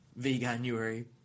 Veganuary